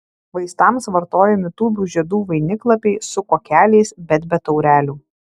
vaistams vartojami tūbių žiedų vainiklapiai su kuokeliais bet be taurelių